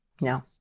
No